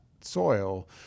soil